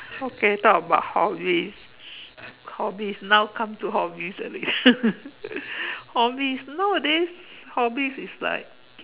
okay talk about hobbies hobbies now come to hobbies already hobbies nowadays hobbies is like